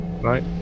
Right